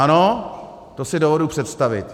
Ano, to si dovedu představit.